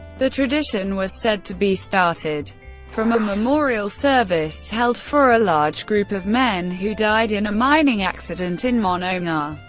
the tradition was said to be started from a memorial service held for a large group of men who died in a mining accident in monongah,